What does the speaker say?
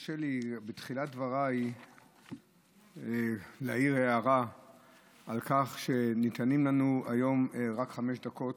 תרשה לי בתחילת דבריי להעיר הערה על כך שניתנות לנו היום רק חמש דקות.